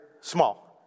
small